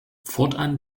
fortan